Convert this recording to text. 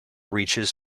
reaches